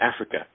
Africa